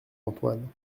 antoine